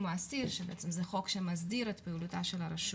האסיר שבעצם זה חוק שמסדיר את פעילותה של הרשות.